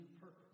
purpose